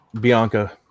Bianca